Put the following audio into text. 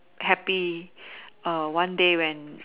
happy err one day when